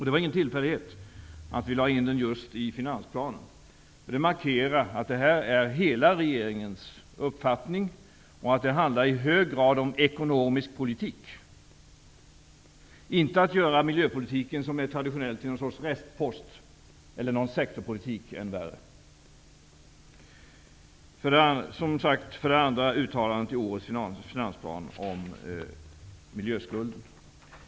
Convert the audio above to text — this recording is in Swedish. Det var ingen tillfällighet att vi lade in den just i finansplanen. Det markerar att detta är hela regeringens uppfattning. Det handlar i hög grad om ekonomisk politik, och inte om att såsom traditionellt göra miljöpolitiken till någon sorts restpost eller än värre till sektorpolitik. Därutöver finns uttalandet i årets finansplan om miljöskulden.